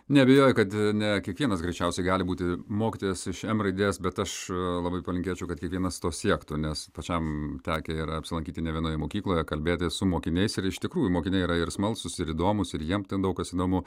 neabejoju kad ne kiekvienas greičiausiai gali būti mokytojas iš m raidės bet aš labai palinkėčiau kad kiekvienas to siektų nes pačiam tekę yra apsilankyti ne vienoje mokykloje kalbėtis su mokiniais ir iš tikrųjų mokiniai yra ir smalsūs ir įdomūs ir jiem daug kas įdomu